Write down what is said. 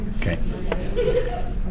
okay